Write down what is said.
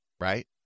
Right